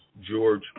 George